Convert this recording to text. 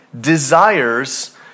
desires